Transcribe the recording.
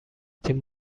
تیم